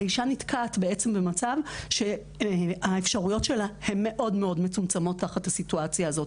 האישה נתקעת במצב שבו האפשרויות תחת הסיטואציה הזאת,